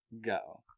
Go